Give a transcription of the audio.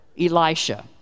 Elisha